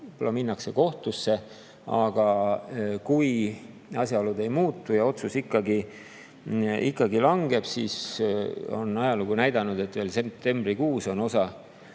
minnakse kohtusse, aga kui asjaolud ei muutu ja otsus ikkagi langeb, siis, nagu ajalugu on näidanud, on veel septembrikuus osa